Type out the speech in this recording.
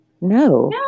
No